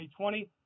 2020